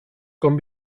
com